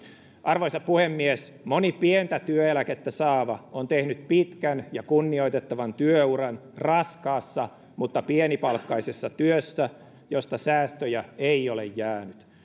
arvoisa puhemies moni pientä työeläkettä saava on tehnyt pitkän ja kunnioitettavan työuran raskaassa mutta pienipalkkaisessa työssä josta säästöjä ei ole jäänyt